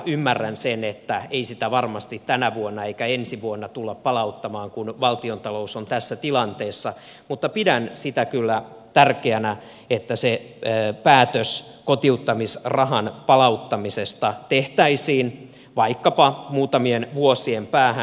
ymmärrän sen että ei sitä varmasti tänä vuonna eikä ensi vuonna tulla palauttamaan kun valtiontalous on tässä tilanteessa mutta pidän sitä kyllä tärkeänä että päätös kotiuttamisrahan palauttamisesta tehtäisiin vaikkapa muutamien vuosien päähän